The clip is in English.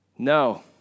No